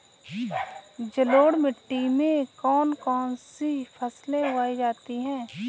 जलोढ़ मिट्टी में कौन कौन सी फसलें उगाई जाती हैं?